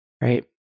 right